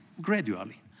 gradually